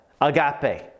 agape